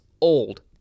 Old